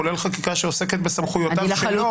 כולל חקיקה שעוסקת בסמכויותיו שלו.